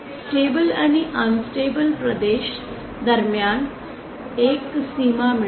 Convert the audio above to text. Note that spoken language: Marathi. स्टेबल आणि अनन्स्टेबल प्रदेश दरम्यान एक सीमा मिळेल